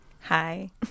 Hi